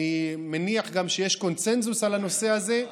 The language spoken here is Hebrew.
אני מניח גם שיש קונסנזוס על הנושא הזה.